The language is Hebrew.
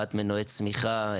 הבאת מנועי צמיחה,